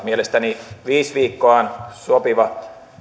mielestäni viisi viikkoa on sopiva